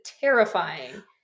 terrifying